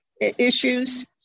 issues